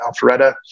Alpharetta